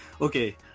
Okay